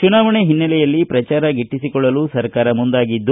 ಚುನಾವಣೆಯ ಹಿನ್ನೆಲೆಯಲ್ಲಿ ಪ್ರಚಾರ ಗಿಟ್ಟಿಸಿಕೊಳ್ಳಲು ಸರ್ಕಾರ ಮುಂದಾಗಿದೆ